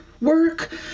work